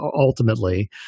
ultimately